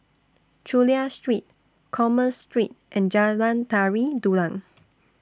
Chulia Street Commerce Street and Jalan Tari Dulang